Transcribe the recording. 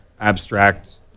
abstract